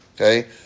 okay